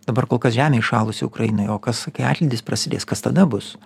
dabar kol kas žemė įšalusi ukrainoj o kas kai atlydis prasidės kas tada bus